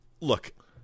Look